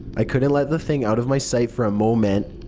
i couldn't let the thing out of my sight for a moment,